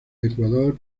ecuador